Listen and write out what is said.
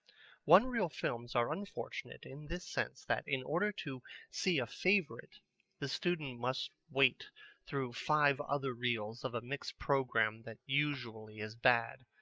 one-reel films are unfortunate in this sense that in order to see a favorite the student must wait through five other reels of a mixed programme that usually is bad.